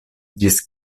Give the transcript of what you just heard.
ĝis